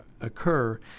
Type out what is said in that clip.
occur